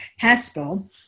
haspel